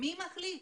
מי מחליט?